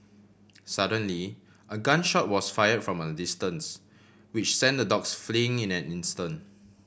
suddenly a gun shot was fire from a distance which sent the dogs fleeing in an instant